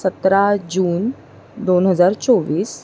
सतरा जून दोन हजार चोवीस